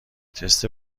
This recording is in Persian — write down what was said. تست